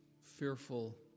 fearful